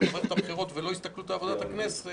על מערכת הבחירות ולא בהסתכלות על עבודת הכנסת,